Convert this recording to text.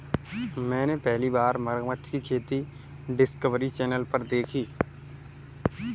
मैंने पहली बार मगरमच्छ की खेती डिस्कवरी चैनल पर देखी